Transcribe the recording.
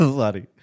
sorry